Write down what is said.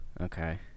okay